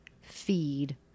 feed